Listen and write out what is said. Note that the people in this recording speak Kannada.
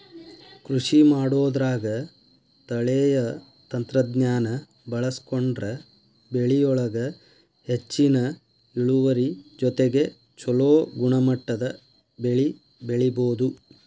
ಕೃಷಿಮಾಡೋದ್ರಾಗ ತಳೇಯ ತಂತ್ರಜ್ಞಾನ ಬಳಸ್ಕೊಂಡ್ರ ಬೆಳಿಯೊಳಗ ಹೆಚ್ಚಿನ ಇಳುವರಿ ಜೊತೆಗೆ ಚೊಲೋ ಗುಣಮಟ್ಟದ ಬೆಳಿ ಬೆಳಿಬೊದು